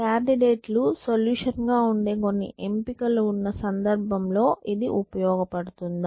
candidate లు solution గా ఉండే కొన్ని ఎంపికలు ఉన్న సందర్భంలో ఇది ఉపయోగపడుతుందా